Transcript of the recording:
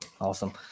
awesome